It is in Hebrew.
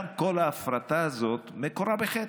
גם כל ההפרטה הזאת, מקורה בחטא.